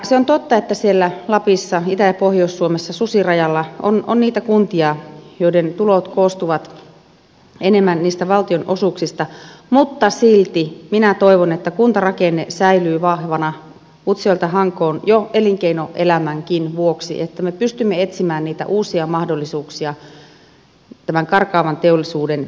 se on totta että siellä lapissa itä ja pohjois suomessa susirajalla on niitä kuntia joiden tulot koostuvat enemmän niistä valtionosuuksista mutta silti minä toivon että kuntarakenne säilyy vahvana utsjoelta hankoon jo elinkeinoelämänkin vuoksi että me pystymme etsimään niitä uusia mahdollisuuksia tämän karkaavan teollisuuden tilalle